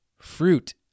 Fruit